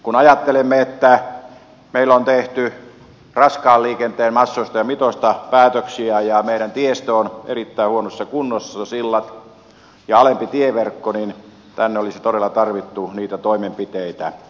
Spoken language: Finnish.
kun ajattelemme että meillä on tehty raskaan liikenteen massoista ja mitoista päätöksiä ja meidän tiestömme on erittäin huonossa kunnossa sillat ja alempi tieverkko niin tänne olisi todella tarvittu niitä toimenpiteitä